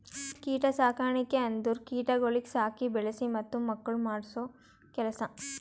ಕೀಟ ಸಾಕಣಿಕೆ ಅಂದುರ್ ಕೀಟಗೊಳಿಗ್ ಸಾಕಿ, ಬೆಳಿಸಿ ಮತ್ತ ಮಕ್ಕುಳ್ ಮಾಡೋ ಕೆಲಸ